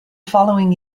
following